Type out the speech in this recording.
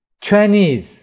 Chinese